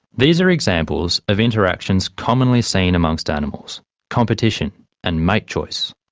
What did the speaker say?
these are examples of interactions commonly seen amongst animals competition and mate choice.